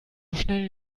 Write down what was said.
schnell